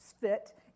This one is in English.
fit